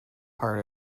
part